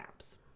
apps